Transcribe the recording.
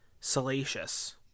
Salacious